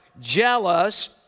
jealous